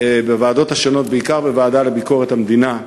בוועדות השונות, בעיקר בוועדה לביקורת המדינה,